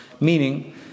Meaning